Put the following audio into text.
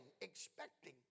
expecting